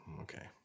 Okay